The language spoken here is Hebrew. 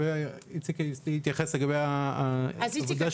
איציק יתייחס לגבי העבודה שלהם --- איציק,